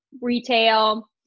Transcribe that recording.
retail